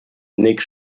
nick